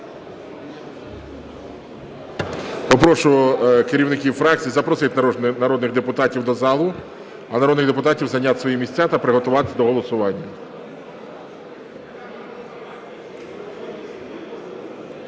Попрошу керівників фракцій запросити народних депутатів до залу, а народних депутатів – зайняти свої місця та приготуватись до голосування.